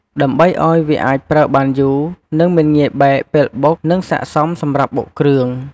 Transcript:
ដើម្បីអោយវាអាចប្រើបានយូរ និងមិនងាយបែកពេលបុក និងសាកសមសម្រាប់បុកគ្រឿង។